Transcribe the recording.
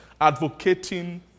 advocating